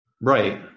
Right